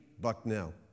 Bucknell